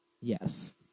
Yes